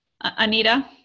Anita